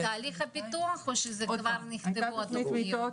-- זה עדיין בתהליך הפיתוח או שזה כבר נכתבו התוכניות?